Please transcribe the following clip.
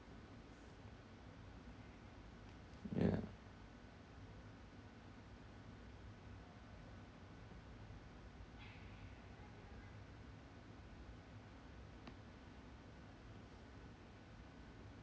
ya